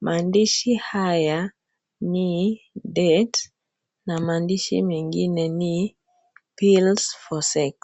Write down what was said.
Maandishi haya ni date na maandishi mengine ni pills for sex .